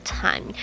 time